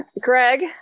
greg